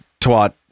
twat